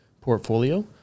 portfolio